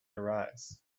arise